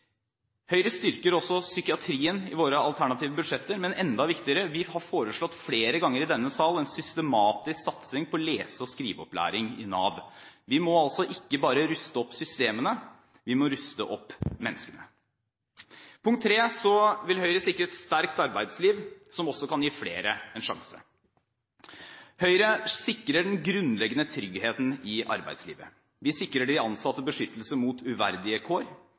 Høyre styrker også psykiatrien i sine alternative budsjetter, men enda viktigere: Vi har foreslått – flere ganger i denne sal – en systematisk satsing på lese- og skriveopplæring i Nav. Vi må ikke bare ruste opp systemene, vi må ruste opp menneskene. Punkt 3: Høyre vil sikre et sterkt arbeidsliv som kan gi flere en sjanse. Høyre sikrer den grunnleggende tryggheten i arbeidslivet. Vi sikrer de ansatte beskyttelse mot uverdige kår,